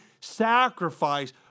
sacrifice